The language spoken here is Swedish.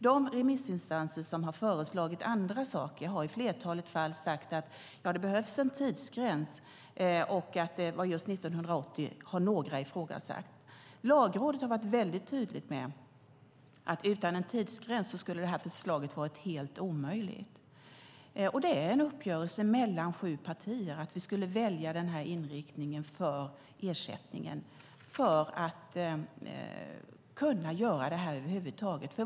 De remissinstanser som har föreslagit andra saker har i flertalet fall sagt att det behövs en tidsgräns, och att det var just 1980 har några ifrågasatt. Lagrådet har varit tydligt med att utan en tidsgräns skulle detta förslag varit helt omöjligt. Det är en uppgörelse mellan sju partier att vi skulle välja denna inriktning för ersättningen, för att kunna göra det här över huvud taget.